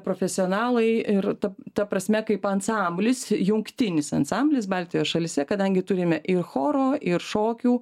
profesionalai ir ta prasme kaip ansamblis jungtinis ansamblis baltijos šalyse kadangi turime ir choro ir šokių